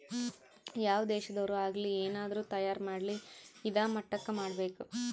ಯಾವ್ ದೇಶದೊರ್ ಆಗಲಿ ಏನಾದ್ರೂ ತಯಾರ ಮಾಡ್ಲಿ ಇದಾ ಮಟ್ಟಕ್ ಮಾಡ್ಬೇಕು